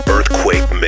Earthquake